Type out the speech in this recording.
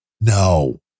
No